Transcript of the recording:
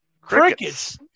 crickets